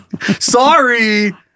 sorry